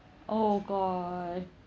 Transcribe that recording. oh god